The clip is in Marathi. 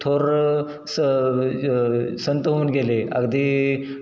थोरं स संत होऊन गेले अगदी